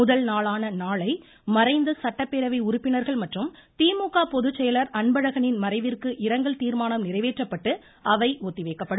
முதல்நாளான நாளை மறைந்த சட்டப்பேரவை உறுப்பினர்கள் மற்றும் திமுக பொதுச்செயலர் அன்பழகனின் மறைவிற்கு இரங்கல் தீர்மானம் நிறைவேற்றப்பட்டு அவை ஒத்தி வைக்கப்படும்